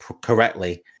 correctly